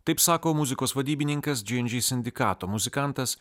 taip sako muzikos vadybininkas džy en džy sindikato muzikantas